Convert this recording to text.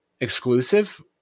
exclusive